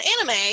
anime